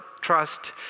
trust